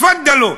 תפאדלו,